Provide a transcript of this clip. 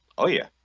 oh, yeah